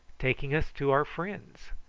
taking us to our friends.